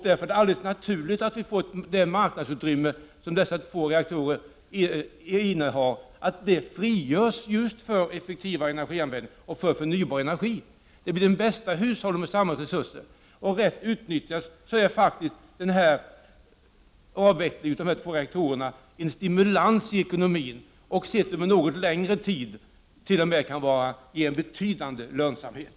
Därför är det alldeles naturligt att det marknadsutrymme som frigörs från dessa två reaktorer utnyttjas för effektivare energianvändning och förnybar energi. Det blir den bästa hushållningen med samhällets resurser. Rätt utnyttjat är avvecklingen av dessa två reaktorer en stimulans i ekonomin. Sett över en något längre tid kan det ge en betydande lönsamhet.